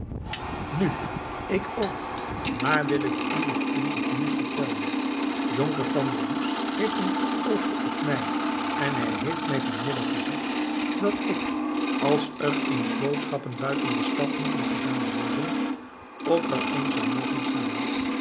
nu ik ook maar wil ik u nog eens wat nieuws vertellen jonker van der does heeft een goed oogje op mij en hij heeft mij vanmiddag gezegd dat ik als er eens boodschappen buiten de stad moeten gedaan worden ook wel eens zal mogen gaan